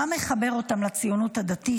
מה מחבר אותם לציונות הדתית?